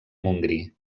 montgrí